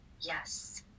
Yes